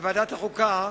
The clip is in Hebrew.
בוועדת החוקה,